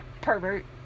pervert